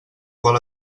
qual